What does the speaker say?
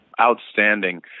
Outstanding